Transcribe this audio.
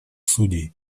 судей